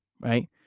right